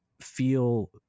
feel